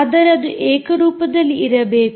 ಆದರೆ ಅದು ಏಕ ರೂಪದಲ್ಲಿ ಇರಬೇಕು